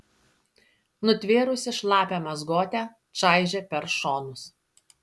nutvėrusi šlapią mazgotę čaižė per šonus